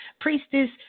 Priestess